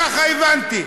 הבנתי.